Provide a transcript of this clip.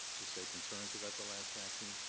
just say concerns about the last vaccine.